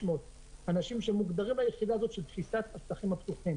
אנשים שמוגדרים ביחידה הזאת של תפיסת השטחים הפתוחים